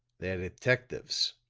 they're detectives.